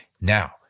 Now